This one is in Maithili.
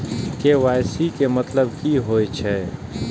के.वाई.सी के मतलब की होई छै?